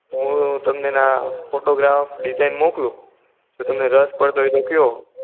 હું તમને ના ફોટોગ્રાફ્સ ડિજાઇન મોકલું જો તમને રસ પડતો હોય તો કયો